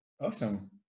Awesome